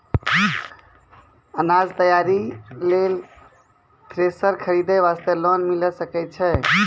अनाज तैयारी लेल थ्रेसर खरीदे वास्ते लोन मिले सकय छै?